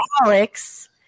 Alex